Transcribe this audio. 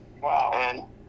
Wow